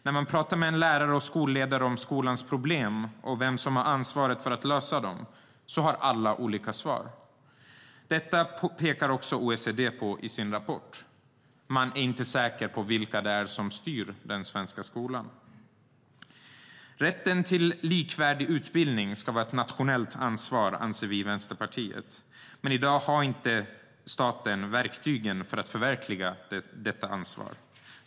När man pratar med lärare och skolledare om skolans problem och vem som har ansvaret för att lösa dem kommer det olika svar från alla. Detta pekar också OECD på i sin rapport: Man är inte säker på vilka det är som styr den svenska skolan. Vi i Vänsterpartiet anser att rätten till likvärdig utbildning ska vara ett nationellt ansvar. I dag har dock inte staten verktygen för att förverkliga detta ansvar.